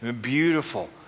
beautiful